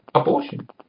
Abortion